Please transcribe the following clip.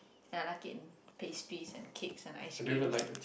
and I like it in pastries and cakes and ice creams